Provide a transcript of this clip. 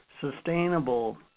sustainable